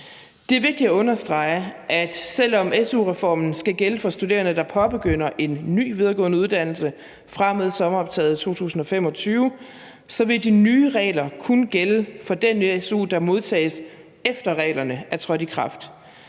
Det er vigtigt at understrege, at selv om su-reformen skal gælde for studerende, der påbegynder en ny videregående uddannelse fra og med sommeroptaget 2025, så vil de nye regler kun gælde for den su, der modtages, efter reglerne er trådt i kraft.